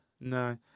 no